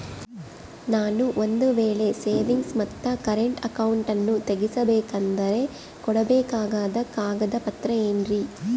ನಾನು ಒಂದು ವೇಳೆ ಸೇವಿಂಗ್ಸ್ ಮತ್ತ ಕರೆಂಟ್ ಅಕೌಂಟನ್ನ ತೆಗಿಸಬೇಕಂದರ ಕೊಡಬೇಕಾದ ಕಾಗದ ಪತ್ರ ಏನ್ರಿ?